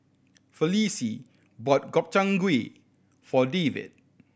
Felicie bought Gobchang Gui for David